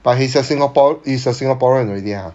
but he's a singapore he's a singaporean already ha